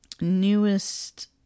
newest